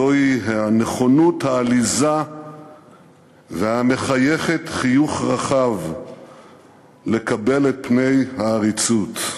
זוהי הנכונות העליזה והמחייכת חיוך רחב לקבל את פני העריצות,